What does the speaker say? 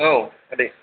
औ आदै